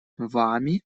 вами